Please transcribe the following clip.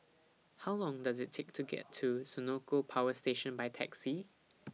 How Long Does IT Take to get to Senoko Power Station By Taxi